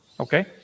Okay